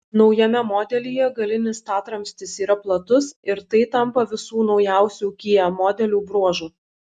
naujame modelyje galinis statramstis yra platus ir tai tampa visų naujausių kia modelių bruožu